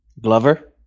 Glover